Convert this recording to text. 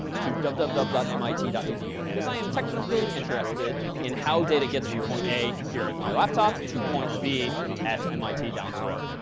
to www www mit edu. because i am technically interested in how data gets from point a here at my laptop to point b at mit down the road.